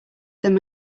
them